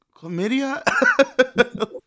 chlamydia